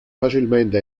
facilmente